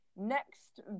Next